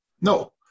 No